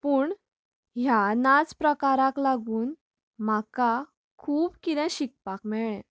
पूण ह्या नाच प्रकाराक लागून म्हाका खूब किदें शिकपाक मेळ्ळे